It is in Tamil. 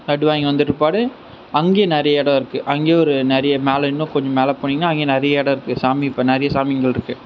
லட்டு வாங்கி வந்த பிற்பாடு அங்கே நிறைய இடோம் இருக்குது அங்கே ஒரு நிறைய நாள் இன்னும் கொஞ்சம் மேலே போனீங்கனா அங்கே நிறைய இடோம் இருக்குது சாமி இப்போ நிறைய சாமி அங்கே இருக்குது